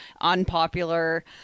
unpopular